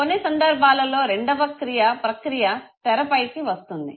కొన్ని సందర్భాలలో రెండవ క్రియ ప్రక్రియ తెర పైకి వస్తుంది